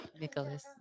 Nicholas